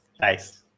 Nice